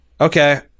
Okay